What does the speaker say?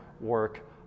work